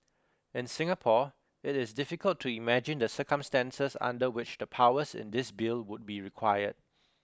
in Singapore it is difficult to imagine the circumstances under which the powers in this bill would be required